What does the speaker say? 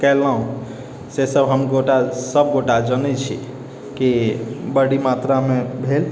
केलहुँ से सब हम गोटा सबगोटा जनै छी कि बड़ी मात्रामे भेल